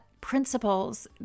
principles